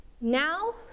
Now